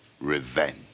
revenge